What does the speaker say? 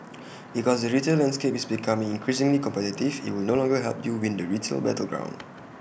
because the retail landscape is becoming increasingly competitive IT will no longer help you win the retail battleground